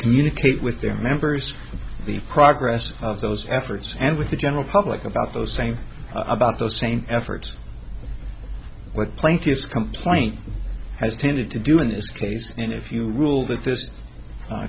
communicate with their members for the progress of those efforts and with the general public about those same about those same efforts what plaintiffs complaint has tended to do in this case and if you rule that th